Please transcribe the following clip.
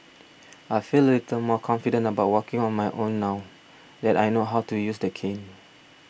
I feel a little more confident about walking on my own now that I know how to use the cane